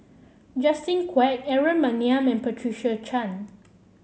Justin Quek Aaron Maniam and Patricia Chan